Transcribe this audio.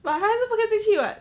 but 还是不可以进去 [what]